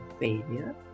failure